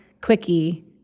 quickie